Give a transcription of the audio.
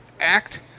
act